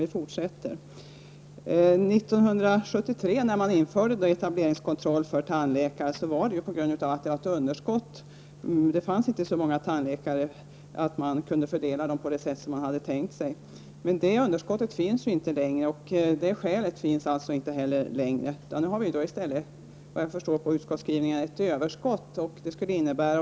När man 1973 införde etableringskontrollen berodde det på att vi hade ett underskott på tandläkare. Syftet med etableringskontrollen var att tandläkarna skulle fördelas över landet på ett rättvist sätt. Nu har vi inte längre något underskott och därmed inte heller något skäl för etableringskontrollen. Efter vad jag kan förstå av utskottsskrivningen har vi nu i stället ett överskott på tandläkare.